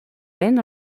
vent